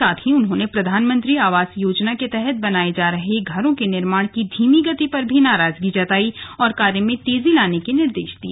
साथ ही उन्होंने प्रधानमंत्री आवास योजना के तहत बनाए जा रहे घरों के निर्माण की धीमी गति पर भी नाराजगी जताई और कार्य में तेजी लाने के निर्देश दिए